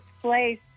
place